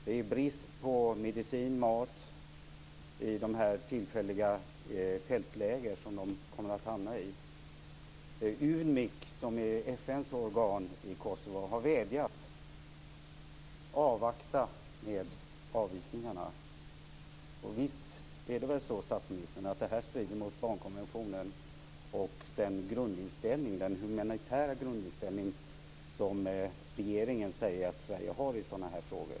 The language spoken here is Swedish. Det är brist på medicin och mat i de tillfälliga tältläger som de kommer att hamna i. UN MIK, som är FN:s organ i Kosovo, har vädjat: Avvakta med avvisningarna. Visst är det väl så, statsministern, att avvisningarna strider mot barnkonventionen och den humanitära grundinställning som regeringen säger att Sverige har i sådana frågor?